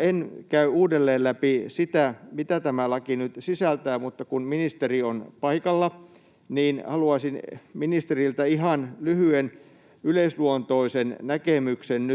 En käy uudelleen läpi, mitä tämä laki nyt sisältää, mutta kun ministeri on paikalla, niin haluaisin ministeriltä ihan lyhyen yleisluontoisen näkemyksen: